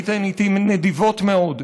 הייתן איתי נדיבות מאוד.